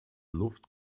luft